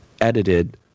edited